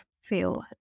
feel